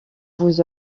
vous